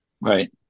Right